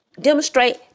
demonstrate